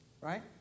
right